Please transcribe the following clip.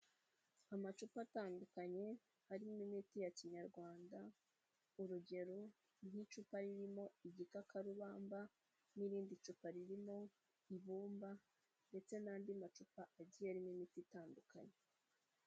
Amacupa atandukanye harimo imiti ya kinyarwanda urugero: nk'icupa ririmo igikakarubamba n'irindi cupa ririmo ibumba ndetse n'andi macupa agiye arimo imiti itandukanye.